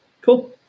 Cool